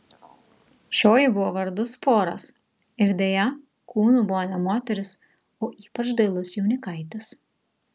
šioji buvo vardu sporas ir deja kūnu buvo ne moteris o ypač dailus jaunikaitis